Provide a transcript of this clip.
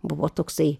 buvo toksai